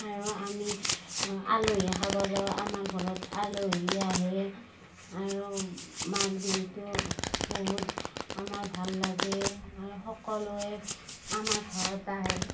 আৰু আমি আলহি খাব যাওঁ আমাৰ ঘৰত আলহি আহে আৰু মাঘ বিহুতো বহুত আমাৰ ভাল লাগে আৰু সকলোৱে আমাৰ ঘৰত আহে